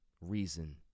reason